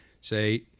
say